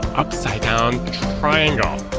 upside down triangle.